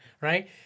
right